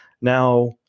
Now